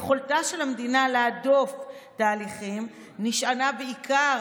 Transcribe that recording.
יכולתה של המדינה להדוף תהליכים נשענה בעיקר